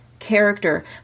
character